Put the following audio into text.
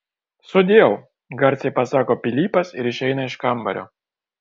sudieu garsiai pasako pilypas ir išeina iš kambario